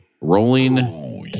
rolling